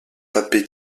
pape